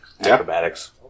Acrobatics